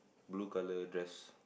blue color dress